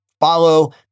follow